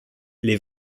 les